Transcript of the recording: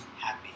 happy